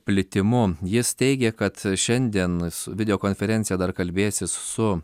plitimu jis teigia kad šiandien video konferencija dar kalbėsis su